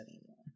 anymore